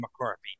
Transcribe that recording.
McCarthy